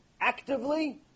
actively